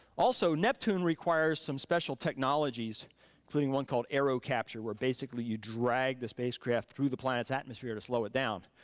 also neptune requires some special technologies including one called aerocapture, where basically you drag the spacecraft through the planet's atmosphere to slow it down.